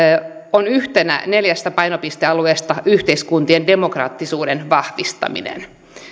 on yhtenä neljästä painopistealueesta yhteiskuntien demokraattisuuden vahvistaminen